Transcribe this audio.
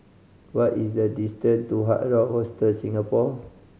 what is the distant to Hard Rock Hostel Singapore